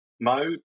mode